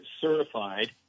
certified